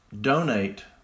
Donate